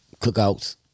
cookouts